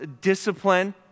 discipline